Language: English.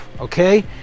Okay